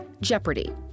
Jeopardy